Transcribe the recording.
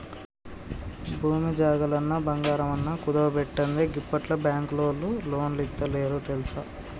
భూమి జాగలన్నా, బంగారమన్నా కుదువబెట్టందే గిప్పట్ల బాంకులోల్లు లోన్లిత్తలేరు తెల్సా